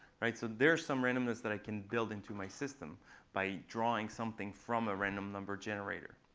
so there's some randomness that i can build into my system by drawing something from a random number generator.